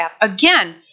Again